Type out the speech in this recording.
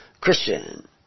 Christian